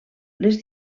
les